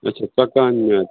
اَچھا ژۄکان میٛادٕ